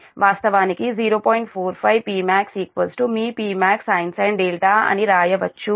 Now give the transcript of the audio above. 45 Pmax మీ Pmaxsin 0 అని వ్రాయవచ్చు